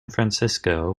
francisco